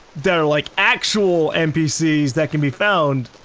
that are like actual npcs that can be found.